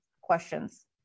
questions